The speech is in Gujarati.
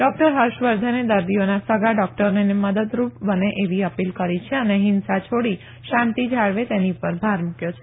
ડોકટર હર્ષવર્ધને દર્દીઓના સગા ડોકટરોને મદદરૂપ બને તેવી અપીલ કરી છે અને હિંસા છોડી શાંતિ જાળવે તેની પર ભાર મૂક્યો છે